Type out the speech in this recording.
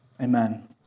Amen